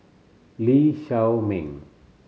Lee Shao Meng